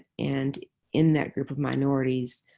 and in that group of minorities,